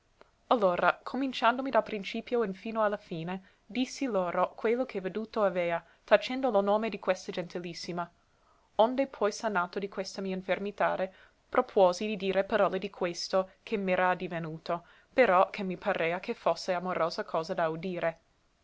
avuto allora cominciandomi dal principio infino a la fine dissi loro quello che veduto avea tacendo lo nome di questa gentilissima onde poi sanato di questa infermitade propuosi di dire parole di questo che m'era addivenuto però che mi parea che fosse amorosa cosa da udire